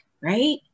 right